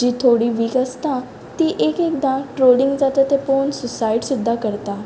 जी थोडीं व्हीक आसता तीं एक एकदां ट्रोलींग जाता तें पळोवन सुसायड सुद्दां करतात